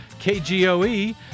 KGOE